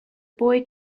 boy